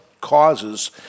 causes